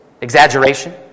Exaggeration